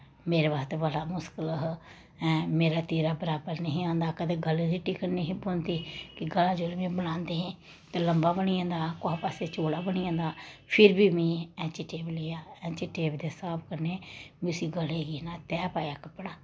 मेरे बास्तै बड़ा मुश्कल हा हैं मेरा तीरा बराबर नेईं हा आंदा कदें गले दी टीकन नेही पौंदी कि गला जिसलै में बनांदी ही ते लम्बा बनी जंदा हा कुसा पास्सेई चौड़ा बनी जंदा हा फिर बी में ऐंची टेप लेईयै ऐंची टेप दे हिसाब कन्नै में उस्सी गले गी ना तैह् पाया कपड़ा